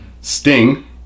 Sting